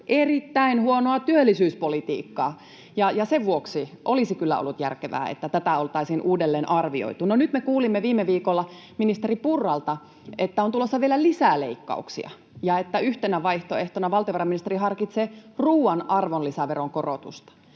erittäin huonoa työllisyyspolitiikkaa. Sen vuoksi olisi kyllä ollut järkevää, että tätä oltaisiin uudelleen arvioitu. No nyt me kuulimme viime viikolla ministeri Purralta, että on tulossa vielä lisää leikkauksia ja että yhtenä vaihtoehtona valtiovarainministeri harkitsee ruuan arvonlisäveron korotusta,